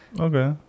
okay